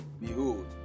behold